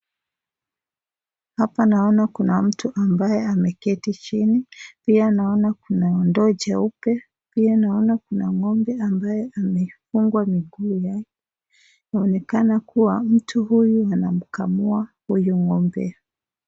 Hapa naona kuna mtu ambaye ameketi chini ,pia naona kuna kondoo jeupe ,pia naona kuna Ng'ombe ambaye amefugwa miguu yake ,naonekana kuwa mtu huyu anamkamua huyu Ng'ombe.